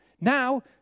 Now